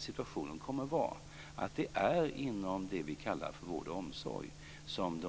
Situationen kommer att vara sådan att det är inom det som vi kallar för vård och omsorg som